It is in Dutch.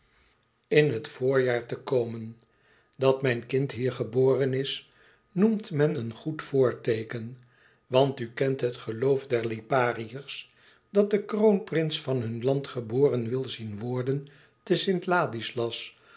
in het voorjaar te komen dat mijn kind hier geboren is noemt men een goed voorteeken want u kent het geloof der lipariërs dat de kroonprins van hun land geboren wil zien worden te st ladislas